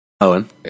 Owen